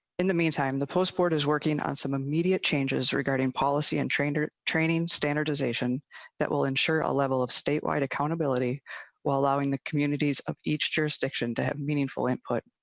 in the meantime the post ford is working on some immediate changes regarding policy and trade are training standardization that will ensure a level of statewide accountability while allowing the communities of each jurisdiction to have meaningful input.